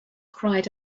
cried